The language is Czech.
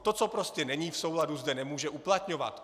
To, co prostě není v souladu, zde nemůže uplatňovat.